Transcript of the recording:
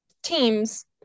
teams